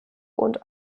und